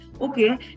okay